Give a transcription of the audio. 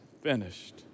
finished